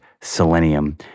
selenium